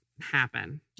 happen